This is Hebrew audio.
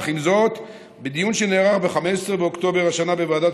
אך עם זאת בדיון שנערך ב-15 באוקטובר השנה בוועדת